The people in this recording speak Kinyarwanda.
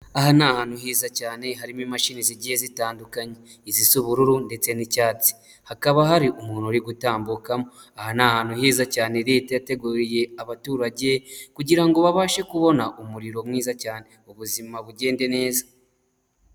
Aha ni ahantu heza cyane, harimo imashini zigiye zitandukanye, izisa ubururu ndetse n'icyatsi, hakaba hari umuntu uri gutambukamo, aha ni ahantu heza cyane leta yateguriye abaturage kugirango babashe kubona umuriro mwiza cyane, ubuzima bugendade neza.